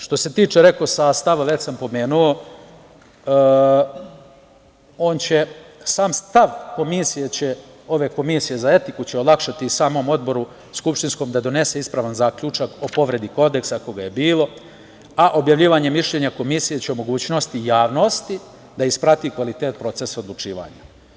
Što se tiče sastava, već sam pomenuo, sam stav komisije, ove komisije za etiku će olakšati samom odboru skupštinskom da donese ispravan zaključak o povredi Kodeksa ako ga je bilo, a objavljivanje mišljenja komisije će o mogućnosti javnosti da isprati kvalitet procesa odlučivanja.